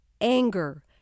anger